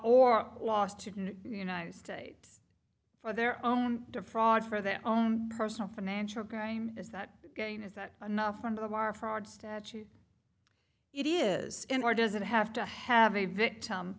or loss to the united states for their own defraud for their own personal financial crime is that again is that enough of our fraud statute it is in or does it have to have a victim